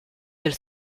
del